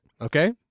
Okay